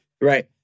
Right